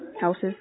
Houses